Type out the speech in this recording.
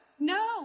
No